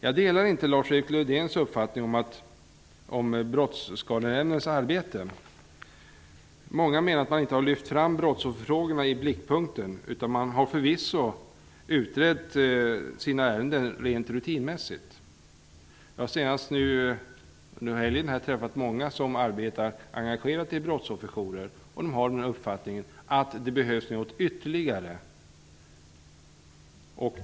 Jag delar inte Lars-Erik Lövdéns uppfattning om Brottsskadenämndens arbete. Många menar att man inte lyft fram brottsofferfrågorna, utan man har utrett sina ärenden rent rutinmässigt. Jag har senast nu i helgen träffat många som arbetar engagerat inom brottsofferjourer. De har den uppfattningen att det behövs något ytterligare.